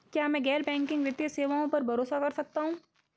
क्या मैं गैर बैंकिंग वित्तीय सेवाओं पर भरोसा कर सकता हूं?